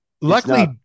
Luckily